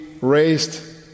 raised